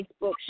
Facebook